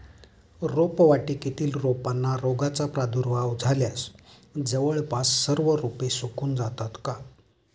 रोपवाटिकेतील रोपांना रोगाचा प्रादुर्भाव झाल्यास जवळपास सर्व रोपे सुकून जातात का?